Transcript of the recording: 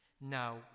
Now